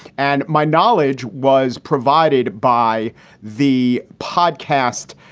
and my knowledge was provided by the podcast.